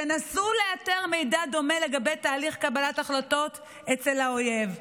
תנסו לאתר מידע דומה לגבי תהליך קבלת ההחלטות אצל האויב,